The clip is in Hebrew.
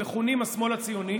המכונים השמאל הציוני,